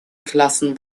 klassen